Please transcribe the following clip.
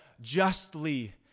justly